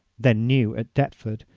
then new at deptford,